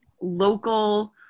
local